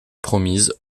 promise